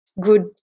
good